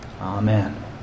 amen